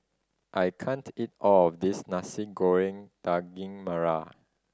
I can't eat all of this Nasi Goreng Daging Merah